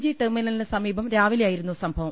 G ടെർമിനലിന് സമീപം രാവിലെയായിരുന്നു സംഭവം